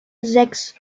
sechs